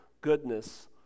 Goodness